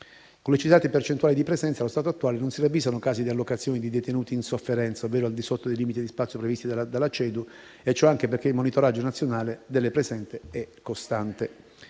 Con le citate percentuali di presenza, allo stato attuale non si ravvisano casi di allocazione di detenuti in sofferenza ovvero al di sotto dei limiti di spazio previsti dalla Convenzione europea dei diritti dell'uomo (CEDU) e ciò anche perché il monitoraggio nazionale delle presenze è costante.